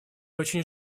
очень